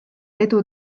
edu